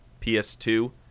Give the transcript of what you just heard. ps2